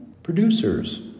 Producers